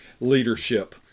leadership